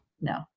no